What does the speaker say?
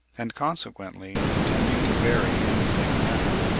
and consequently tending to vary in the same manner.